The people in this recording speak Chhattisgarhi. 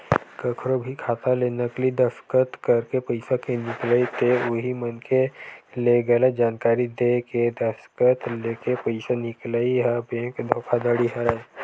कखरो भी खाता ले नकली दस्कत करके पइसा के निकलई ते उही मनखे ले गलत जानकारी देय के दस्कत लेके पइसा निकलई ह बेंक धोखाघड़ी हरय